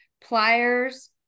pliers